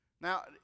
Now